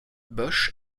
bosch